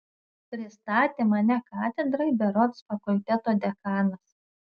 pristatė mane katedrai berods fakulteto dekanas